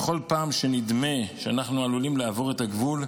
בכל פעם שנדמה שאנחנו עלולים לעבור את הגבול,